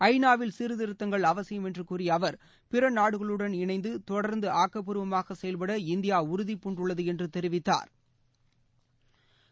ஐ நாவில் சீர்த்திருத்தங்கள் அவசியம் என்று கூறிய அவர் பிறநாடுகளுடன் இணைந்து தொடர்ந்து ஆக்கப்பூர்வமாக செயல்பட இந்தியா உறுதிப்பூண்டுள்ளது என்று தெரிவித்தாா்